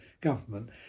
government